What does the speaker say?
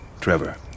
Trevor